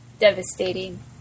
devastating